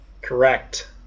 Correct